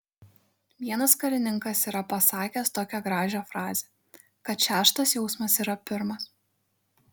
vienas karininkas yra pasakęs tokią gražią frazę kad šeštas jausmas yra pirmas